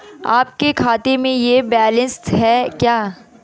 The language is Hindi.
आपके खाते में यह बैलेंस है क्या?